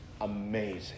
amazing